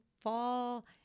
fall